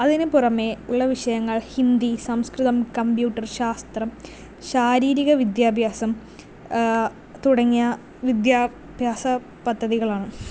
അതിന് പുറമേ ഉള്ള വിഷയങ്ങൾ ഹിന്ദി സംസ്കൃതം കമ്പ്യൂട്ടർ ശാസ്ത്രം ശാരീരിക വിദ്യാഭ്യാസം തുടങ്ങിയ വിദ്യാഭ്യാസ പദ്ധതികളാണ്